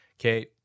okay